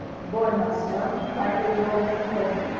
the boy must know. likely the old man told him,